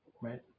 Right